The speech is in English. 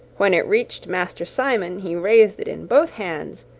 when it reached master simon he raised it in both hands,